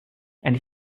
and